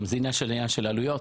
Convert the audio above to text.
זה עניין של עלויות?